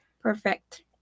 Perfect